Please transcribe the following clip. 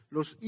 Los